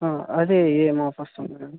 అదే ఏం ఆఫర్స్ ఉన్నాయండి